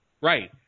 Right